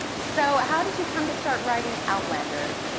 so how did you come to start writing outlander?